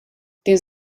dins